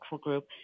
group